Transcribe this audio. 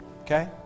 Okay